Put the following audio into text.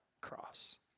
cross